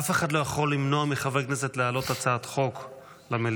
אף אחד לא יכול למנוע מחבר כנסת להעלות הצעת חוק למליאה,